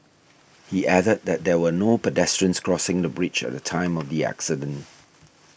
he added that there were no pedestrians crossing the bridge at the time of the accident